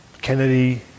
Kennedy